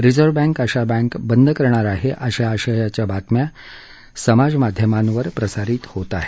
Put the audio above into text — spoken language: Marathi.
रिझर्व बँक अशा बँक बंद करणार आहे अशा आशयाच्या बातम्या समाज माध्यमांवर प्रसारित होत आहेत